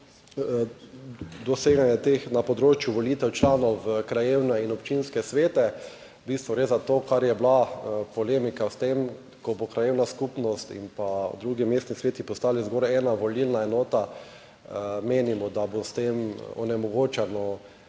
doseganja teh na področju volitev članov v krajevne in občinske svete. V bistvu gre za to, kar je bila polemika, s tem, ko bo krajevna skupnost in pa drugi mestni sveti postali zgolj ena volilna enota, menimo, da bo s tem onemogočeno,